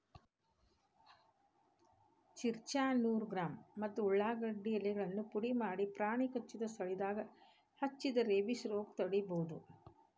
ಚಿರ್ಚ್ರಾ ನೂರು ಗ್ರಾಂ ಮತ್ತ ಉಳಾಗಡ್ಡಿ ಎಲೆಗಳನ್ನ ಪುಡಿಮಾಡಿ ಪ್ರಾಣಿ ಕಚ್ಚಿದ ಸ್ಥಳದಾಗ ಹಚ್ಚಿದ್ರ ರೇಬಿಸ್ ರೋಗ ತಡಿಬೋದು